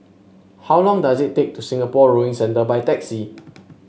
how long does it take to Singapore Rowing Centre by taxi